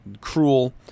cruel